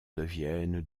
deviennent